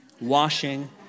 washing